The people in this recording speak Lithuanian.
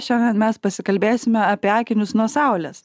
šiandien mes pasikalbėsime apie akinius nuo saulės